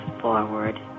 forward